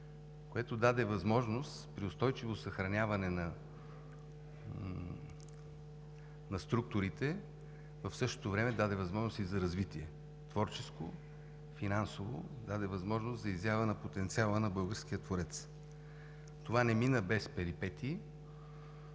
което даде възможност за по-устойчиво съхраняване на структурите, и за развитие – творческо, финансово, даде възможност за изява на потенциала на българския творец. Това не мина без перипетии.